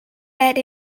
aired